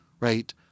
Right